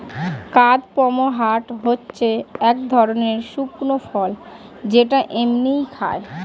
কাদপমহাট হচ্ছে এক ধরণের শুকনো ফল যেটা এমনিই খায়